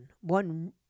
one